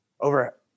Over